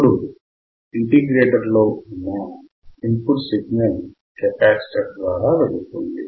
ఇప్పుడు ఇంటిగ్రేటర్ లో input signal capacitor ద్వారా వెళుతుంది